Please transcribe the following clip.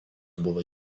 buvo